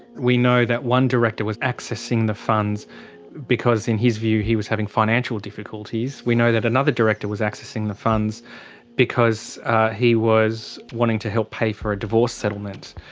we know that one director was accessing the funds because in his view he was having financial difficulties. we know that another director was accessing the funds because he was wanting to help pay for a divorce settlement.